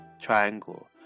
triangle